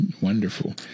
Wonderful